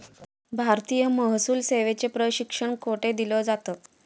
भारतीय महसूल सेवेचे प्रशिक्षण कोठे दिलं जातं?